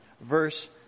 verse